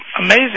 amazing